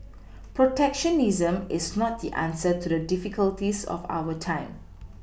protectionism is not the answer to the difficulties of our time